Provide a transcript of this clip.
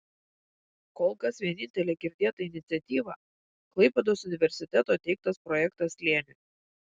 kol kas vienintelė girdėta iniciatyva klaipėdos universiteto teiktas projektas slėniui